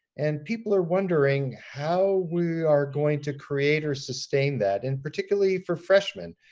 and people are wondering how we are going to create or sustain that. and particularly for freshmen,